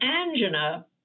angina